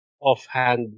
offhand